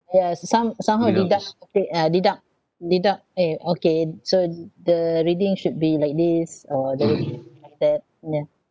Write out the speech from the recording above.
yeah some~ somehow deduct it uh deduct deduct eh okay so the reading should be like this or the reading should be like that yeah